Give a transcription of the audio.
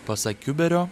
pasak kiuberio